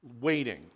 Waiting